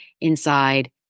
inside